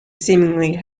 seemingly